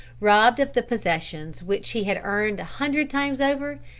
robbed of the possessions which he had earned a hundred times over,